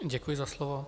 Děkuji za slovo.